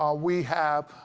ah we have,